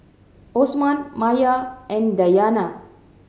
Osman Maya and Dayana